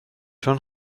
چون